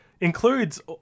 Includes